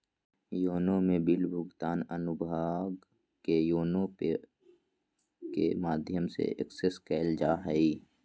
YONO में bill भुगतान अनुभाग के योनो पे के माध्यम से एक्सेस कइल जा हइ